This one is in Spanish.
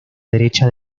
derecha